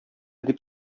дип